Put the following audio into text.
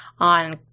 on